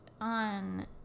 on